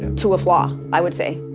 to a flaw, i would say.